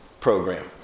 Program